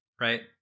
Right